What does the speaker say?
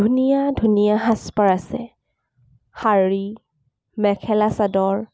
ধুনীয়া ধুনীয়া সাজপাৰ আছে শাৰী মেখেলা চাদৰ